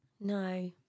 No